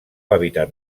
hàbitat